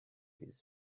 his